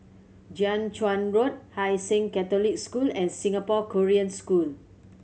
Jiak Chuan Road Hai Sing Catholic School and Singapore Korean School